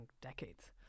decades